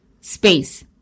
space